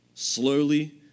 slowly